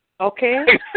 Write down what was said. Okay